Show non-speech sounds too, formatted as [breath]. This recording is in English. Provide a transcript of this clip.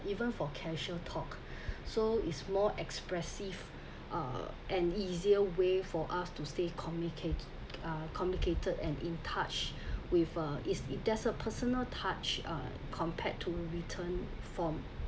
even for casual talk [breath] so is more expressive uh and easier way for us to stay communicate uh complicated and in touch with uh it it that's a personal touch uh compared to written form